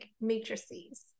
matrices